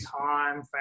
time